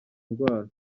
ndwara